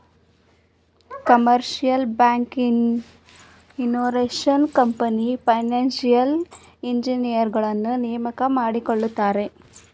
commercial bank, insurance company, financial ಇಂಜಿನಿಯರುಗಳನ್ನು ನೇಮಕ ಮಾಡಿಕೊಳ್ಳುತ್ತಾರೆ